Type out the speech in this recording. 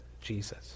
Jesus